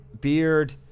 Beard